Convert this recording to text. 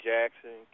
Jackson